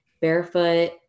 barefoot